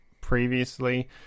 previously